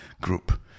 group